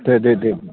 दे दे दे